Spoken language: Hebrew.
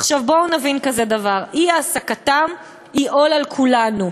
עכשיו בואו נבין כזה דבר: אי-העסקתם היא עול על כולנו.